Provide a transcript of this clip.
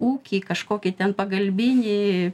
ūkį kažkokį ten pagalbinį